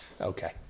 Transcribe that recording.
Okay